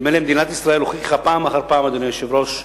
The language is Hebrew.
מדינת ישראל הוכיחה פעם אחר פעם, אדוני היושב-ראש,